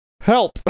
Help